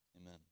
amen